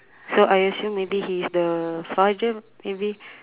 so I assume maybe he is the father maybe